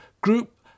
group